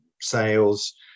sales